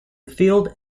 field